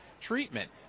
treatment